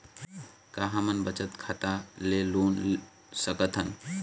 का हमन बचत खाता ले लोन सकथन?